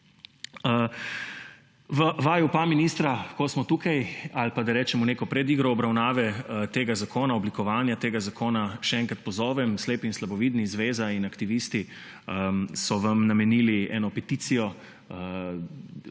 Vaju pa, ministra, ko smo tukaj, ali pa da rečemo, neko predigro obravnave tega zakona, oblikovanja tega zakona, še enkrat pozovem, slepi in slabovidni, zveza in aktivisti so vam namenili eno peticijo.